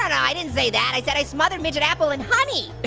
i didn't say that. i said i'd smother midget apple in honey.